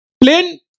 plane